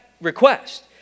request